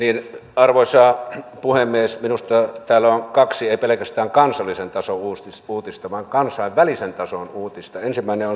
arvoisa puhemies minusta täällä on kaksi ei pelkästään kansallisen tason uutista uutista vaan kansainvälisen tason uutista ensimmäinen on